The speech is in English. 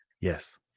Yes